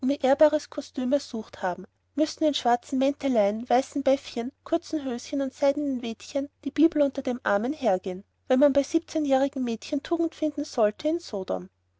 ehrbares kostüm ersucht haben müßten in schwarzen mäntelein weißen beffchen kurzen höschen und seidenen wädchen die bibel unter dem arm einhergehen wenn man bei siebzehnjährigen mädchen tugend finden sollte in sodom